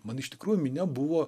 man iš tikrųjų minia buvo